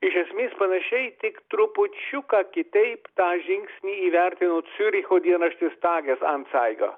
iš esmės panašiai tik trupučiuką kitaip tą žingsnį įvertino ciuricho dienraštis tages antzaiga